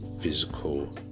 physical